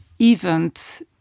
event